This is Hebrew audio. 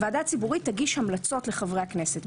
הוועדה הציבורית תגיש המלצות לחברי הכנסת,